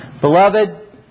Beloved